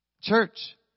Church